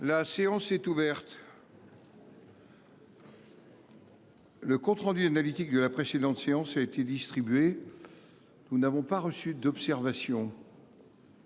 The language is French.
La séance est ouverte. Le compte rendu analytique de la précédente séance a été distribué. Il n’y a pas d’observation